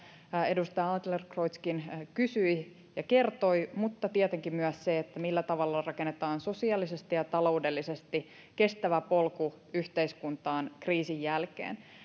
edustaja adlercreutzkin kysyi ja kertoi mutta tietenkin myös se millä tavalla rakennetaan sosiaalisesti ja taloudellisesti kestävä polku yhteiskuntaan kriisin jälkeen